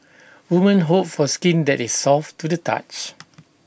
women hope for skin that is soft to the touch